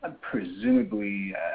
presumably